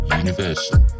universal